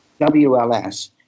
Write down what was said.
WLS